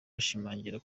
bashimangira